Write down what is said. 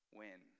win